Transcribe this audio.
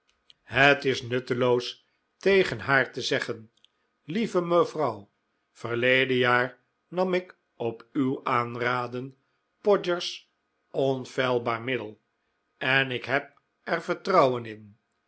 het is nutteloos tegen haar te zeggen lieve mevrouw verleden jaar nam ik op uw aanraden podgers onfeilbaar middel en ik heb er vertrouwen